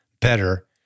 better